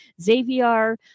Xavier